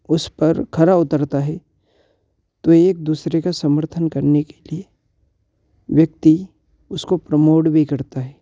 उस पर खड़ा उतरता है तो एक दूसरे का समर्थन करने के लिए व्यक्ति उसको प्रमोड भी करता है